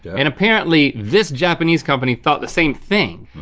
and apparently, this japanese company thought the same thing.